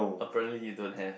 apparently you don't have